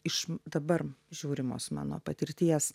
iš dabar žiūrimos mano patirties